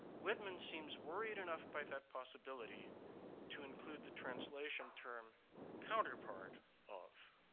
whitman seems worried enough by that possibility to include the translation term counterpart of.